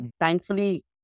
thankfully